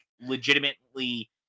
legitimately